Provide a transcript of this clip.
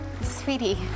Sweetie